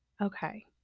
okay